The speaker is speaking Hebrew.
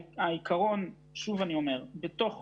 אני אמקד אותך